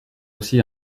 aussi